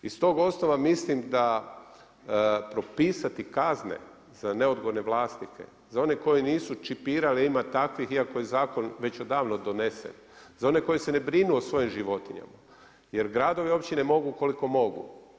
Iz tog osnova mislim da propisati kazne za neodgovorne vlasnike, za one koji nisu čipirali ima takvih iako je zakon već odavno donesen, za one koji se ne brinu o svojim životinjama jer gradovi i općine mogu koliko mogu.